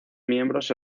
miembros